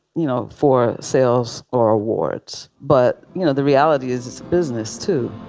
you know, for sales or awards. but, you know, the reality is it's a business to